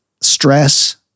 stress